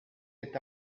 est